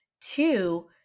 Two